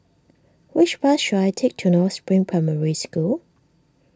which bus should I take to North Spring Primary School